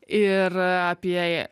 ir apie